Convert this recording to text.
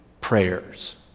prayers